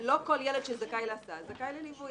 לא כל ילד שזכאי להסעה, זכאי לליווי.